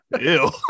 Ew